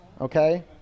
okay